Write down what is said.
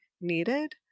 needed